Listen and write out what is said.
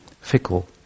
fickle